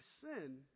sin